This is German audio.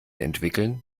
entwickeln